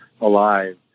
alive